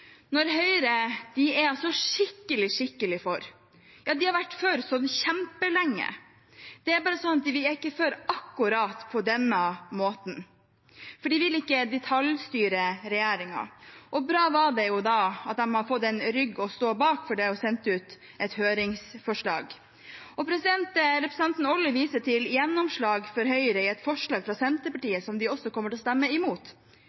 når Høyre er skikkelig, skikkelig for – ja, de har vært for kjempelenge – men de er ikke for akkurat på denne måten, for de vil ikke detaljstyre regjeringen. Bra er det jo da at de har fått en rygg å stå bak, for det er jo sendt ut et høringsforslag. Og representanten Olli viser til gjennomslag for Høyre i et forslag fra Senterpartiet, som de også kommer til å stemme imot.